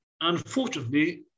unfortunately